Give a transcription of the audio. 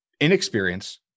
inexperience